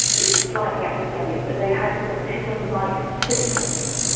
is slightly academic, but they had autism-like symptoms.